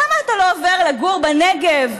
למה אתה לא עובר לגור בנגב,